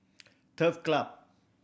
Turf Club